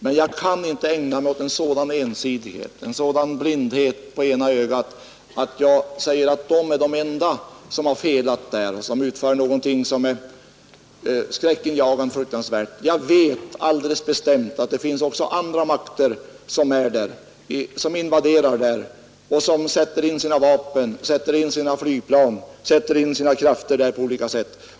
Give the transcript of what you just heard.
Men jag kan inte vara så ensidig och blind på ena ögat, att jag säger att amerikanarna är de enda som har felat där och handlat skräckinjagande och fruktansvärt. Jag vet alldeles bestämt att det också finns andra makter som invaderar Vietnam och där sätter in sina flygplan och andra stridskrafter.